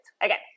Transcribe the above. Again